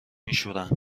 میشورن